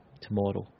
tomorrow